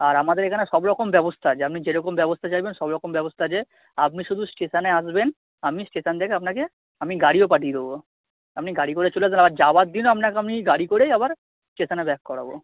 আর আমাদের এখানে সব রকম ব্যবস্থা আছে আপনি যেরকম ব্যবস্তা চাইবেন সব রকম ব্যবস্তা আছে আপনি শুধু স্টেশানে আসবেন আমি স্টেশান থেকে আপনাকে আমি গাড়িও পাঠিয়ে দেবো আপনি গাড়ি করে চলে আসবেন আর যাওয়ার দিনও আপনাকে আমি গাড়ি করেই আবার স্টেশানে ব্যাক করাবো